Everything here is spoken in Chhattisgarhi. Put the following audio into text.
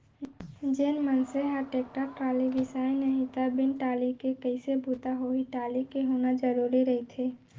जेन मनसे ह टेक्टर टाली बिसाय नहि त बिन टाली के कइसे बूता होही टाली के होना जरुरी रहिथे